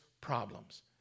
problems